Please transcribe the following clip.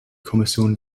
kommission